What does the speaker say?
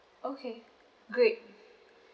okay great